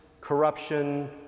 corruption